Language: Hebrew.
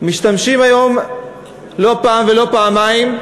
משתמשים היום לא פעם ולא פעמיים,